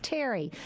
Terry